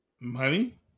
money